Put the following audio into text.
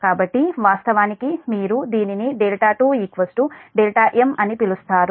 కాబట్టి వాస్తవానికి మీరు దీనిని 2 m అని పిలుస్తారు